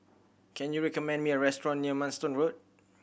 can you recommend me a restaurant near Manston Road